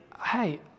hey